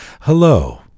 hello